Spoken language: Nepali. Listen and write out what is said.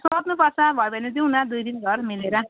सोध्नुपर्छ भयो भने जाउँ न दुई तिन घर मिलेर